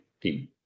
team